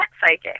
psychic